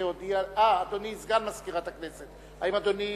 אדוני סגן מזכירת הכנסת, האם אדוני